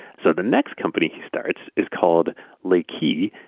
so the next company he starts is called leqi.